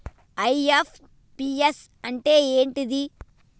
IMPS అంటే ఏంటిది?